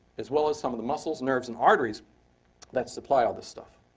as well as some of the muscles, nerves, and arteries that supply all the stuff.